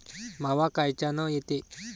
मावा कायच्यानं येते?